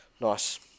Nice